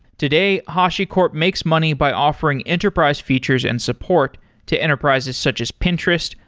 today, hashicorp makes money by offering enterprise features and support to enterprises such as pinterest,